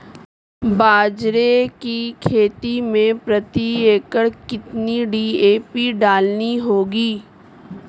बाजरे की खेती में प्रति एकड़ कितनी डी.ए.पी डालनी होगी?